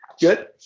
good